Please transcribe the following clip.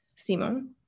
Simon